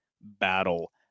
battle